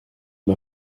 m’a